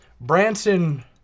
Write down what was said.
Branson